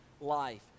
life